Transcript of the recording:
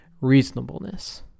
reasonableness